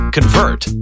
Convert